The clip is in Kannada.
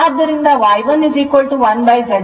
ಆದ್ದರಿಂದ Y 1 1Z10